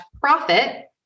profit